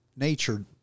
nature